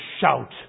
shout